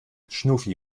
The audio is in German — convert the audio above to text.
schnuffi